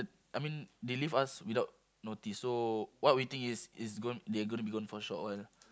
I mean they leave us without notice so what we think is is gon~ they are gonna be gone for a short while